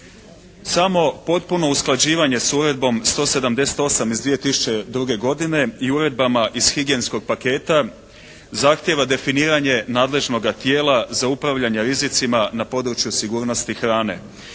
Samo potpuno usklađivanje s Uredbom 178. iz 2002. godine i uredbama iz higijenskog paketa zahtijeva definiranje nadležnoga tijela za upravljanje rizicima na području sigurnosti hrane.